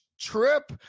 trip